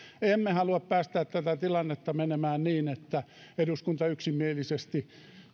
emme halua päästää tätä tilannetta menemään niin että eduskunta yksimielisesti